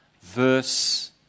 verse